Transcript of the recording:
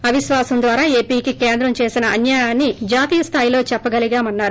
అవిశ్వాసం ద్వారా ఏపీకి కేంద్రం చేసిన అన్యాయాన్ని జాతీయ స్దాయిలో చెప్పగలిగామన్నారు